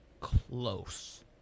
close